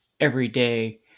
everyday